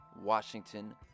washington